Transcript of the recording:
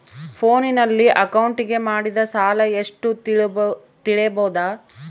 ಫೋನಿನಲ್ಲಿ ಅಕೌಂಟಿಗೆ ಮಾಡಿದ ಸಾಲ ಎಷ್ಟು ತಿಳೇಬೋದ?